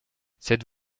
cette